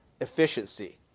efficiency